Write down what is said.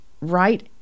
right